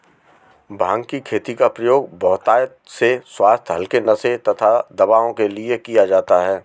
भांग की खेती का प्रयोग बहुतायत से स्वास्थ्य हल्के नशे तथा दवाओं के लिए किया जाता है